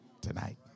tonight